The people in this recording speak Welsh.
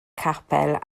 capel